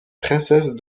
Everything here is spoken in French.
princesse